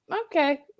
Okay